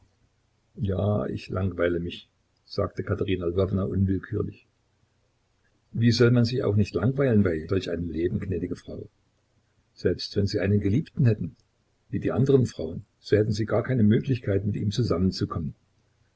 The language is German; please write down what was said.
ja ich langweile mich sagte katerina lwowna unwillkürlich wie soll man sich auch nicht langweilen bei solch einem leben gnädige frau selbst wenn sie einen geliebten hätten wie die andern frauen so hätten sie gar keine möglichkeit mit ihm zusammenzukommen